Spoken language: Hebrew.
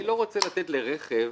אני לא רוצה לתת לרכב